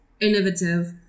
innovative